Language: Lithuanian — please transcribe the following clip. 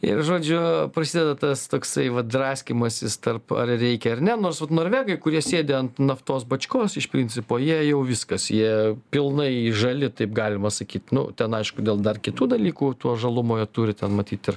ir žodžiu prasideda tas toksai va draskymasis tarp ar reikia ar ne nors vat norvegai kurie sėdi ant naftos bačkos iš principo jie jau viskas jie pilnai žali taip galima sakyt nu ten aišku dėl dar kitų dalykų tuo žalumo jie turi ten matyt ir